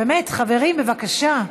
באמת, חברים, בבקשה.